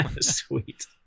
Sweet